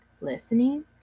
Listening